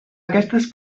aquestes